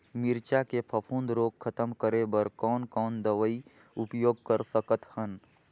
मिरचा के फफूंद रोग खतम करे बर कौन कौन दवई उपयोग कर सकत हन?